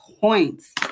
points